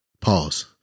Pause